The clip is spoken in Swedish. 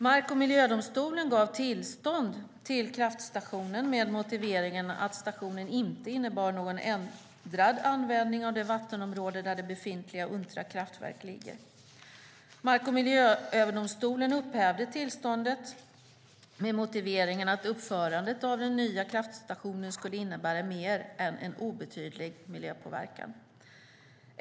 Mark och miljödomstolen gav tillstånd till kraftstationen med motiveringen att stationen inte innebar någon ändrad användning av det vattenområde där det befintliga Untra kraftverk ligger. Mark och miljööverdomstolen upphävde tillståndet med motiveringen att uppförandet av den nya kraftstationen skulle innebära mer än en obetydlig miljöpåverkan.